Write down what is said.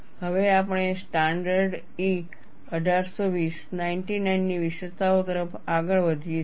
હવે આપણે standard E 1820 99 ની વિશેષતાઓ તરફ આગળ વધીએ છીએ